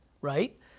right